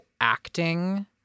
acting